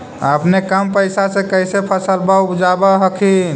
अपने कम पैसा से कैसे फसलबा उपजाब हखिन?